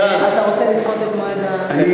אתה רוצה לדחות את מועד ההצבעה?